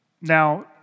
Now